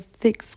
thick